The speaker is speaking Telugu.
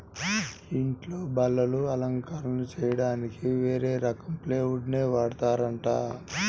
ఇంట్లో బల్లలు, అలంకరణలు చెయ్యడానికి వేరే రకం ప్లైవుడ్ నే వాడతారంట